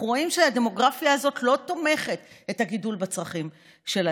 אנחנו רואים שהדמוגרפיה הזאת לא תומכת את הגידול בצרכים של הצבא.